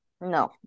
No